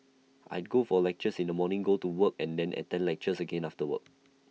I'd go for lectures in the morning go to work and then attend lectures again after work